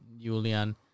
Julian